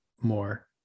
more